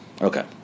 Okay